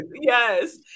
yes